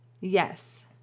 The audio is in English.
Yes